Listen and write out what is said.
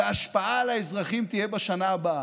וההשפעה על האזרחים תהיה בשנה הבאה.